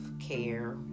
care